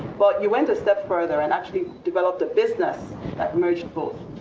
but you went a step further and actually developed a business that merged both.